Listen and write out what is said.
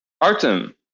Artem